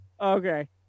Okay